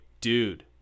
dude